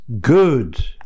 good